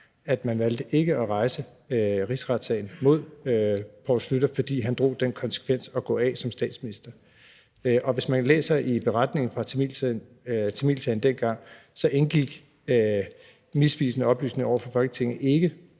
at man valgte ikke at rejse rigsretssagen mod Poul Schlüter, fordi han drog den konsekvens at gå af som statsminister. Hvis man læser beretningen fra tamilsagen dengang, indgik misvisende oplysninger over for Folketinget ikke